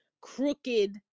crooked